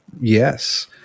Yes